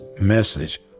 message